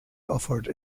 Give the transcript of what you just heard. offered